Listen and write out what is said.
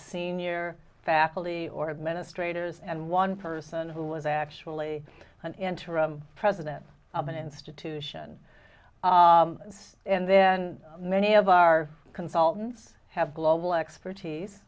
senior faculty or administrators and one person who was actually an interim president of an institution and then many of our consultants have global expertise